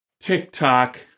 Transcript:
TikTok